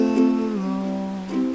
alone